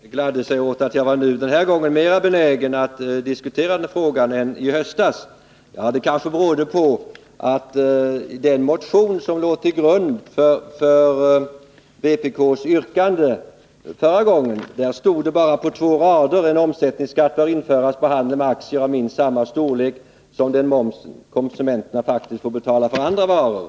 Herr talman! Tommy Franzén gladde sig åt att jag den här gången var mer benägen att diskutera denna fråga än jag var i höstas. Att jag inte gick in i en längre diskussion då berodde på att vpk i den motion som låg till grund för dess yrkande, bara på två rader talade om att en omsättningsskatt borde införas på handel med aktier och att den borde vara av minst samma storlek som den moms konsumenterna faktiskt får betala på andra varor.